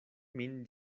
min